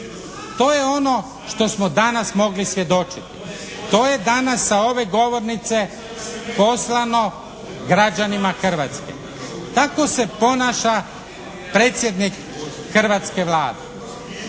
To je ono što smo danas mogli svjedočiti. To je danas sa ove govornice poslano građanima Hrvatske. Tako se ponaša predsjednik hrvatske Vlade.